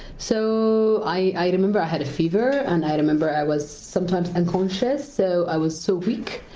so, i i remember i had a fever and i remember i was sometimes unconscious, so i was so weak,